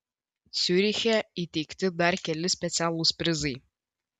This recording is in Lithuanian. ciuriche įteikti dar keli specialūs prizai